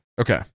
Okay